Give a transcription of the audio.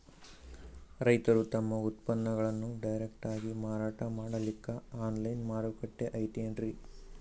ರೈತರು ತಮ್ಮ ಉತ್ಪನ್ನಗಳನ್ನು ಡೈರೆಕ್ಟ್ ಆಗಿ ಮಾರಾಟ ಮಾಡಲಿಕ್ಕ ಆನ್ಲೈನ್ ಮಾರುಕಟ್ಟೆ ಐತೇನ್ರೀ?